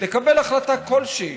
לקבל החלטה כלשהי,